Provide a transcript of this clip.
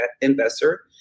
investor